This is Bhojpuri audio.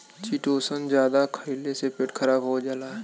चिटोसन जादा खइले से पेट खराब हो जाला